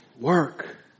work